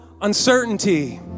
Uncertainty